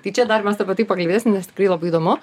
tai čia dar mes apie tai pakalbėsim nes tikrai labai įdomu